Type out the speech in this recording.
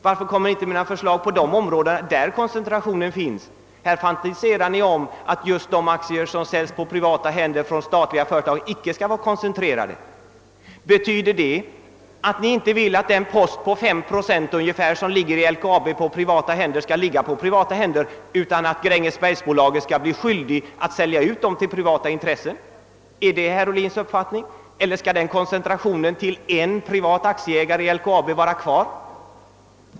Varför lägger ni inte då fram förslag på de områden där sådan koncentration nu finns? Här fantiserar ni om att de aktier i statliga företag som säljes till privata människor inte skall få vara koncentrerade på en hand. Betyder det att ni inte vill att den post på ungefär 5 procent som finns i LKAB och som äges av ett privatbolag skall ligga där, utan att Grängesbergsbolaget skall vara skyldigt att sälja ut dem till flera privata intressenter? Är det herr Obhlins uppfattning? Eller skall den koncentrationen till en privat aktieägare i LKAB få finnas kvar?